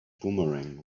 boomerang